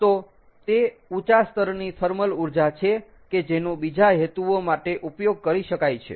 તો તે ઉંચા સ્તરની થર્મલ ઊર્જા છે કે જેનો બીજા હેતુઓ માટે ઉપયોગ કરી શકાય છે